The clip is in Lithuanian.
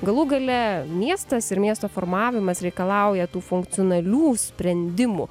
galų gale miestas ir miesto formavimas reikalauja tų funkcionalių sprendimų